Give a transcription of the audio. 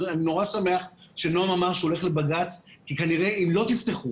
אני נורא שמח שנעם אמר שהוא יילך לבג"צ כי כנראה אם לא תפתחו